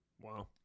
Wow